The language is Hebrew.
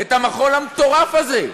את המחול המטורף הזה.